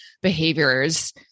behaviors